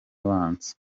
abanza